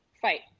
fight